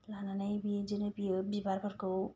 लानानै बिदिनो बियो बिबारफोरखौ